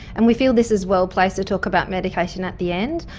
and we feel this is well placed to talk about medication at the end.